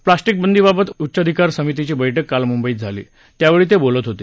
प्लास्टीकबंदीबाबत उच्चाधिकार समितीची बैठक काल मुंबईत झाली त्यावेळी ते बोलत होते